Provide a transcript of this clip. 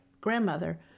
grandmother